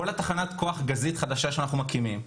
כל תחנת כוח גזית חדשה שאנחנו מקימים,